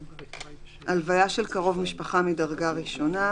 "(4)הלוויה של קרוב משפחה מדרגה ראשונה,